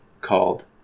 called